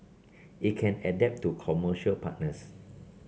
it can adapt to commercial partners